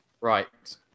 Right